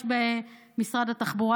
יש במשרד התחבורה,